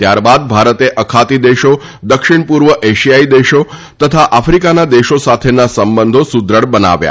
ત્યારબાદ ભારતે અખાતી દેશો દક્ષિણ પુર્વ એશિયાઇ દેશો તથા આફિકાના દેશો સાથેના સંબંધો સુદૃઢ બનાવ્યા